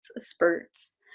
spurts